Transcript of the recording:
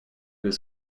was